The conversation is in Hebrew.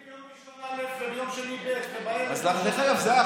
שלא יחליטו ביום ראשון א' וביום שני ב' זו החוכמה.